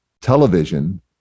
Television